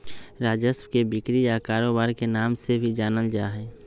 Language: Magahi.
राजस्व के बिक्री या कारोबार के नाम से भी जानल जा हई